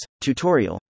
Tutorial